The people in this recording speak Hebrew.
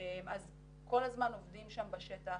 כל הזמן עובדים בשטח.